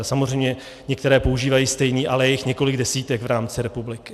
Samozřejmě některá používají stejný, ale je jich několik desítek v rámci republiky.